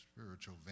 Spiritual